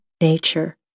nature